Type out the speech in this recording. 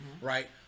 right